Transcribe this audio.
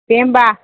दे होमबा